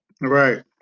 Right